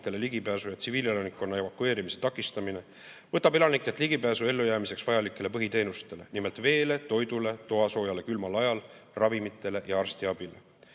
võtab elanikelt ligipääsu ellujäämiseks vajalikele põhiteenustele, nimelt veele, toidule, toasoojale külmal ajal, ravimitele ja arstiabile,